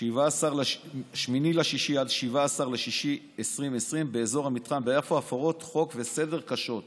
8 ביוני עד 17 ביוני 2020 באזור המתחם ביפו הפרות חוק וסדר קשות,